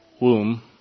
womb